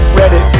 ready